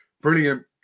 brilliant